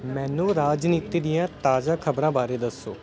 ਮੈਨੂੰ ਰਾਜਨੀਤੀ ਦੀਆਂ ਤਾਜ਼ਾ ਖਬਰਾਂ ਬਾਰੇ ਦੱਸੋ